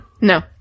No